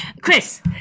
Chris